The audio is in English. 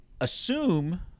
assume